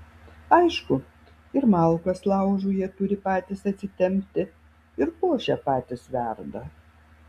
aišku ir malkas laužui jie turi patys atsitempti ir košę patys verda